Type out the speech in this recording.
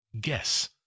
Guess